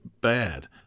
bad